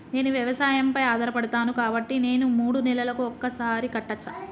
నేను వ్యవసాయం పై ఆధారపడతాను కాబట్టి నేను మూడు నెలలకు ఒక్కసారి కట్టచ్చా?